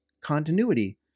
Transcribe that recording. continuity